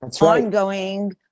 ongoing